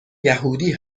یهودی